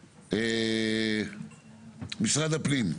שילה, משרד הפנים,